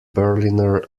berliner